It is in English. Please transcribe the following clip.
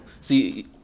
see